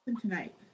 tonight